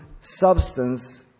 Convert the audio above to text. substance